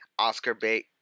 Oscar-bait